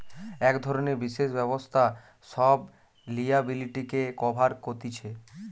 এক ধরণের বিশেষ ব্যবস্থা সব লিয়াবিলিটিকে কভার কতিছে